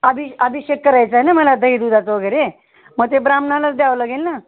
अभिष आभिषेक करायचं आहे ना मला दही दुधाचं वगैरे मग ते ब्राह्मणाला द्यावं लागेल ना